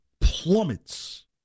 plummets